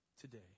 Today